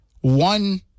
one